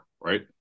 right